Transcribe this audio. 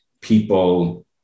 people